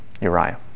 Uriah